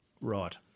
right